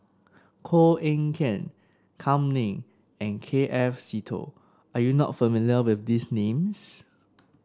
Koh Eng Kian Kam Ning and K F Seetoh are you not familiar with these names